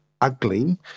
ugly